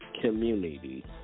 community